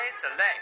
Select